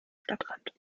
stadtrand